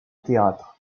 théâtre